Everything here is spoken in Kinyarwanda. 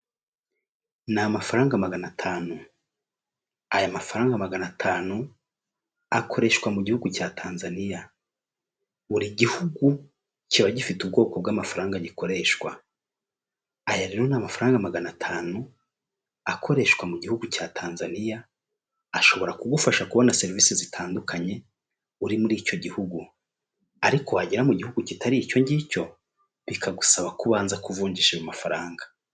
Ni amafaranga magana atanu, aya mafaranga magana atanu akoreshwa mu gihugu cya tanzaniya buri gihugu kiba gifite ubwoko bw'amafaranga gikoreshwa aya rero n'amafaranga magana atanu akoreshwa mu gihugu cya tanzaniya ashobora kugufasha kubona serivisi zitandukanye uri muri icyo gihugu ariko wagera mu gihugu kitari icyo ngicyo bikagusaba kubanza kuvungishasha ayo mafaranga.